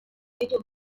títol